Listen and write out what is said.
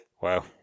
Wow